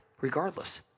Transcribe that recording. regardless